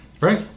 Right